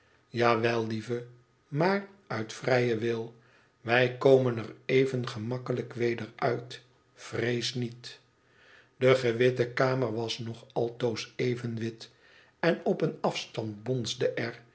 wel lieve maar uit vrijen wil wij komen er even gemakkelijk weder uit vrees niets de gewitte kamer was nog altoos even wit en op een afstand bonsde